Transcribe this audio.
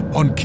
on